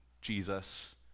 Jesus